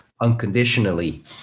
unconditionally